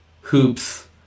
hoops